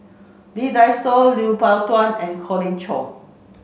Lee Dai Soh Lui Pao Chuen and Colin Cheong